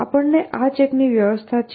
આપણને આ ચેકની આવશ્યકતા છે